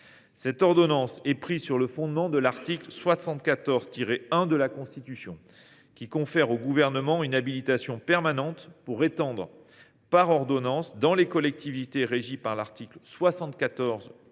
L’ordonnance est prise sur le fondement de l’article 74 1 de la Constitution, qui confère au Gouvernement une habilitation permanente pour étendre, par ordonnances, dans les collectivités régies par l’article 74